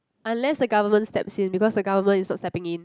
unless the government steps in because the government is not stepping in